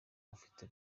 ufite